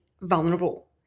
vulnerable